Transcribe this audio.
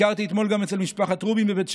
ביקרתי אתמול גם אצל משפחת רובין בבית שמש,